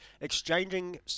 exchanging